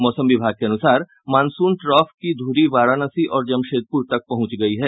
मौसम विभाग के अनुसार मानसून ट्रॉफ की धूरी वाराणसी और जमशेदपुर तक पहुंच गयी है